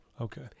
Okay